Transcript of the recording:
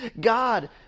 God